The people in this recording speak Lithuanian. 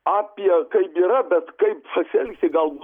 apie kaip yra bet kaip pasielgti galbūt